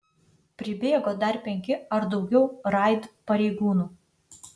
pribėgo dar penki ar daugiau raid pareigūnų